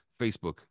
facebook